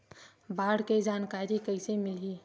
बाढ़ के जानकारी कइसे मिलही?